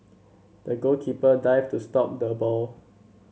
the goalkeeper dived to stop the ball